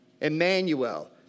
Emmanuel